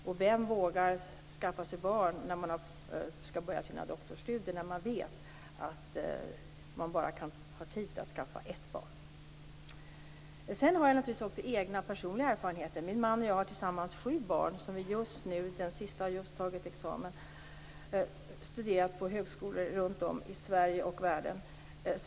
Och vem vågar skaffa sig barn när man skall börja sina doktorsstudier och vet att man bara har tid att skaffa ett barn? Jag har naturligtvis också personliga erfarenheter. Min man och jag har tillsammans sju barn, och den sista har just nu tagit examen. De har studerat på högskolor runt om i Sverige och världen.